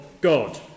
God